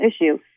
issue